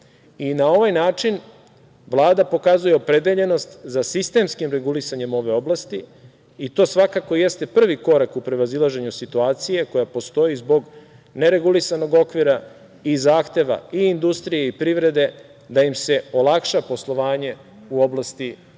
ovaj način Vlada pokazuje opredeljenost za sistemskim regulisanjem ove oblasti i to svakako jeste prvi korak u prevazilaženju situacije koja postoji zbog neregulisanog okvira i zahteva i industrije i privrede da im se olakša poslovanje u oblasti